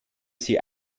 sie